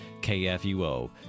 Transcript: KFUO